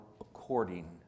according